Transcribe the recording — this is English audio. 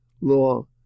law